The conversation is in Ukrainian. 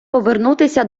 повернутися